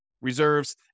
reserves